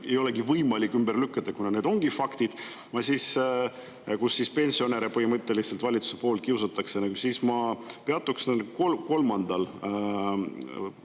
ei olegi võimalik ümber lükata, kuna need ongi faktid –, kus pensionäre põhimõtteliselt valitsuse poolt kiusatakse, siis ma peatuks kolmandal